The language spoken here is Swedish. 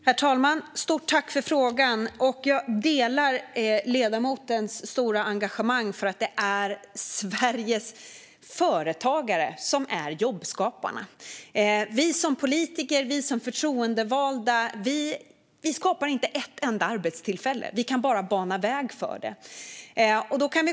Herr talman! Jag delar ledamotens stora engagemang för att det är Sveriges företagare som är jobbskaparna. Vi som politiker och förtroendevalda skapar inte ett enda arbetstillfälle. Vi kan bara bana väg för dem.